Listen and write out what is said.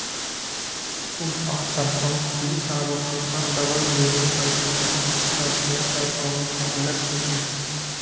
पूसा सरसों तीस आरो पूसा डबल जीरो सरसों एकतीस भारतीय सरसों के उन्नत किस्म हय